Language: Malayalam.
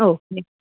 O like